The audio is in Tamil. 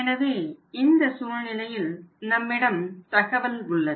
எனவே இந்த சூழ்நிலையில் நம்மிடம் தகவல் உள்ளது